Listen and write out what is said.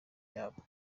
yabo